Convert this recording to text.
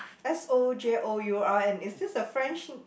S O J O U R N is this a French